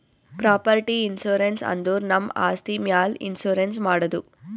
property insurance ಅಂದುರ್ ನಮ್ ಆಸ್ತಿ ಮ್ಯಾಲ್ ಇನ್ಸೂರೆನ್ಸ್ ಮಾಡದು